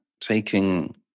taking